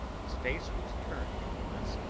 his face was turned from us,